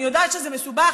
אני יודעת שזה מסובך,